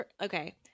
okay